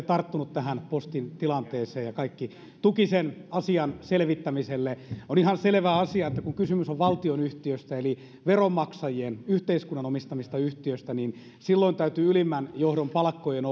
tarttunut tähän postin tilanteeseen ja kaikki tuki sen asian selvittämiselle on ihan selvä asia että kun kysymys on valtionyhtiöistä eli veronmaksajien yhteiskunnan omistamista yhtiöistä silloin täytyy ylimmän johdon palkkojen